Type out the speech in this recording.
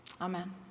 amen